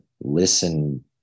listen